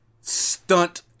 stunt